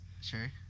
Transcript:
Sure